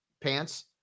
pants